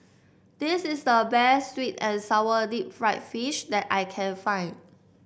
this is the best sweet and sour Deep Fried Fish that I can find